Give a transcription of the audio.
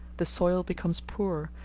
the soil becomes poor,